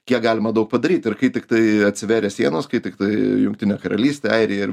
kiek galima daug padaryt ir kai tiktai atsivėrė sienos kai tiktai jungtinė karalystė airija ir